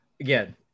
Again